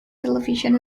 television